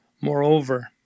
Moreover